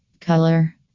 Color